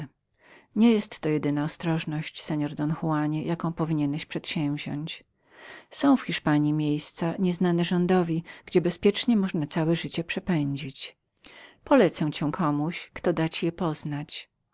nie jestto jedyna ostrożność seor don juanie jaką powinieneś przedsięwziąść są w hiszpanji miejsca nieznane od rządu gdzie bezpiecznie od poszukiwań można całe życie przepędzić polecę cię komuś który da ci je poznać